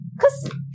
cause